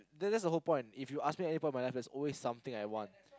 that that's the whole point if you ask me any point my life there's always I want